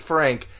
Frank